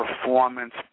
performance